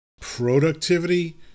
Productivity